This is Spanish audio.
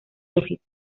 rojizo